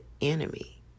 enemy